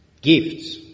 gifts